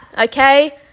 okay